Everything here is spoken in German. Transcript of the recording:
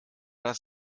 das